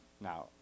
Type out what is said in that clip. Now